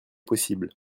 possible